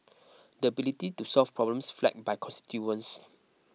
the ability to solve problems flagged by constituents